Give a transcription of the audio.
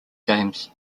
games